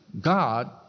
God